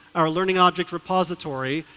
our learning object repository,